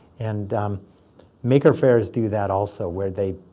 and maker faires do that also where they,